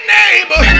neighbor